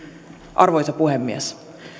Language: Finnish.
arvoisa puhemies